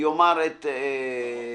יאמר את דברו,